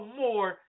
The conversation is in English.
more